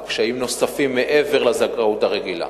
או קשיים נוספים מעבר לזכאות הרגילה.